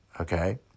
okay